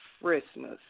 Christmas